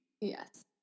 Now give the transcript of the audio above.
Yes